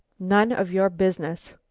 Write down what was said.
none of your business.